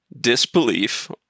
disbelief